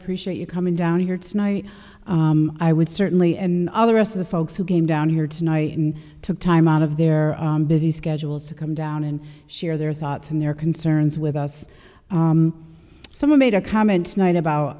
appreciate you coming down here tonight i would certainly and all the rest of the folks who came down here tonight and took time out of their busy schedules to come down and share their thoughts and their concerns with us someone made a comment night about